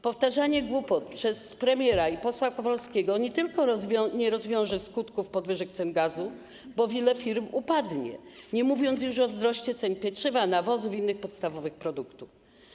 Powtarzanie głupot przez premiera i posła Kowalskiego nie rozwiąże skutków podwyżek cen gazu, bo wiele firm upadnie, nie mówiąc już o wzroście cen pieczywa, nawozów i innych podstawowych produktów.